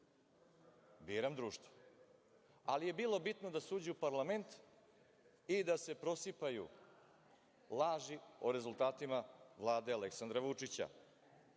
Biram društvo. Ali je bilo bitno da se uđe u parlament i da se prosipaju laži o rezultatima Vlade Aleksandra Vučića